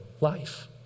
life